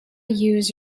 use